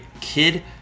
Kid